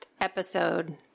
episode